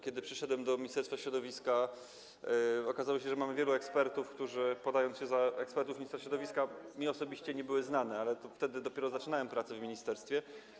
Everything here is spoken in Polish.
Kiedy przyszedłem do Ministerstwa Środowiska, okazało się, że mamy wielu ekspertów, którzy podając się za ekspertów ministra środowiska, mi osobiście nie byli znani, ale wtedy dopiero zaczynałem pracę w ministerstwie.